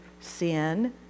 sin